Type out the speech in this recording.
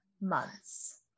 months